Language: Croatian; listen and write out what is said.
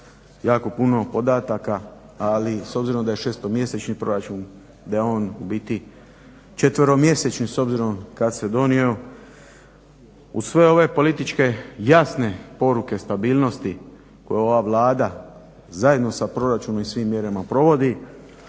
jako puno podataka, ali s obzirom da je šestomjesečni proračun da je on u biti četveromjesečni s obzirom kad se donio uz sve ove političke jasne poruke stabilnosti koje ova Vlada zajedno sa proračunom i svim mjerama provodi